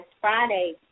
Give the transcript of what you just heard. Friday